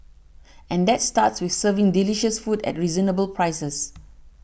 and that starts with serving delicious food at reasonable prices